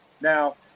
Now